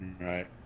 Right